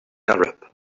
arab